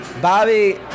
Bobby